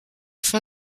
fin